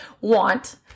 want